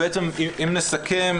אם נסכם,